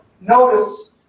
notice